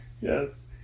Yes